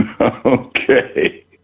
Okay